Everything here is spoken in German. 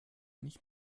nicht